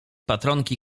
patronki